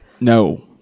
No